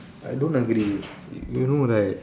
I don't agree you know right